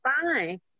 fine